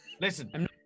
Listen